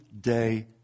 day